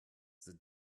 the